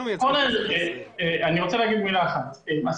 אחת.